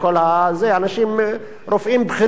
רופאים בכירים בבתי-חולים,